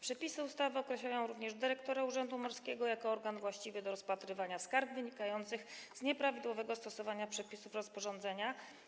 Przepisy ustawy określają również dyrektora urzędu morskiego jako organ właściwy do rozpatrywania skarg wynikających z nieprawidłowego stosowania przepisów rozporządzenia.